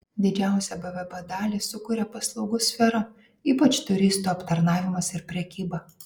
didžiausią bvp dalį sukuria paslaugų sfera ypač turistų aptarnavimas ir prekyba